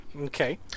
Okay